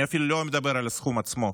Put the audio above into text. אני אפילו לא מדבר על הסכום עצמו,